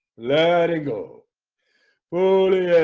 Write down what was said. letting go fool